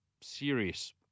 serious